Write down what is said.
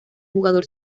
jugador